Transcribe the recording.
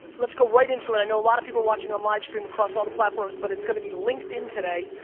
let's go right into it. i know a lot of people watching on livestream across all the platforms, but it's gonna be linkedin today,